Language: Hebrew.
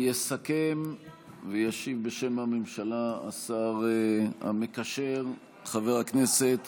יסכם וישיב בשם הממשלה השר המקשר חבר הכנסת